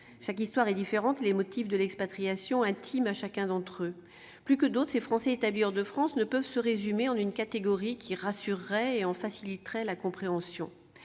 Chaque histoire est différente, les motifs de l'expatriation sont intimes à chacun d'entre eux. Plus que d'autres, ces Français établis hors de France ne peuvent se résumer en une catégorie qui rassurerait et en faciliterait la compréhension.